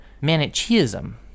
Manichaeism